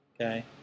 okay